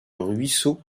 ruisseau